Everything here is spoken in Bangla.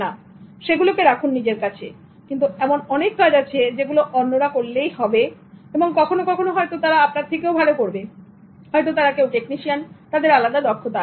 "ওকে" সেগুলো কে রাখুন কিন্তু এমন অনেক কাজ আছে যেগুলো অন্যরা করলেই হবে এবং কখনো কখনো হয়তো তারা আপনার থেকেও ভালো করবে হয়তো তারা কেউ টেকনিশিয়ান তাদের আলাদা দক্ষতা আছে